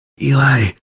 Eli